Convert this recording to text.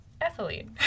ethylene